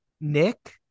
Nick